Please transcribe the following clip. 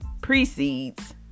precedes